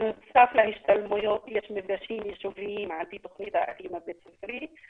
בנוסף להשתלמויות יש מפגשים ישוביים לפי תוכנית הערכים הבית ספרית,